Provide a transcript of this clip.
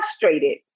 frustrated